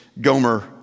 Gomer